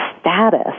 status